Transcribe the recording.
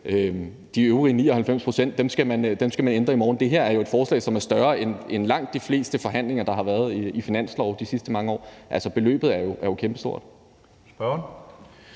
de øvrige 99 pct. skal man ændre i morgen. Det her er et forslag, som er større end langt de fleste forhandlinger, der har været i finanslove de sidste mange år. Altså, beløbet er jo kæmpestort.